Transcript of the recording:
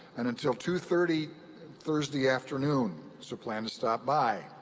and until two thirty thursday afternoon. so plan to stop by.